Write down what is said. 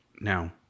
Now